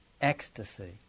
ecstasy